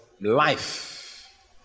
life